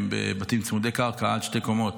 בבתים צמודי קרקע עד שתי קומות,